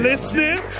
Listening